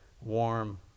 warm